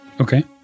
Okay